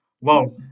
wow